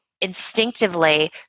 instinctively